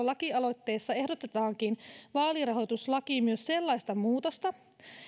lakialoitteessa ehdotetaankin vaalirahoituslakiin myös sellaista muutosta